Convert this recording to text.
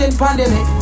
pandemic